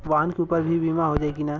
वाहन के ऊपर भी बीमा हो जाई की ना?